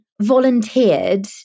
volunteered